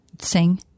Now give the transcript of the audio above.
sing